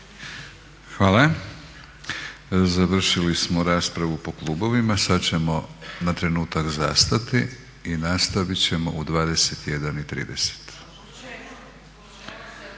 Hvala. Završili smo raspravu po klubovima. Sad ćemo na trenutak zastati i nastavit ćemo u 21,30